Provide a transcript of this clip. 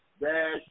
dash